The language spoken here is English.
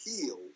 healed